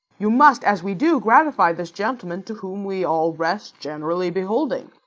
you must, as we do, gratify this gentleman, to whom we all rest generally beholding.